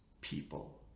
people